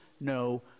no